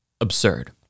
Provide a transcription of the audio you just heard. absurd